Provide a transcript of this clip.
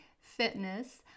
fitness